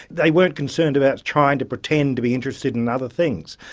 they weren't concerned about trying to pretend to be interested in other things.